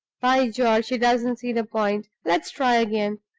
by george, he doesn't see the point! let's try again.